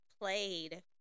played